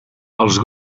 els